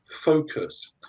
focus